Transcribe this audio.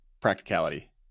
practicality